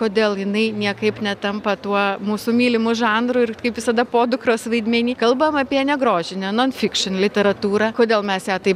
todėl jinai niekaip netampa tuo mūsų mylimu žanru ir kaip visada podukros vaidmeny kalbam apie negrožinę non fikšėn literatūrą kodėl mes ją taip